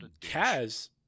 kaz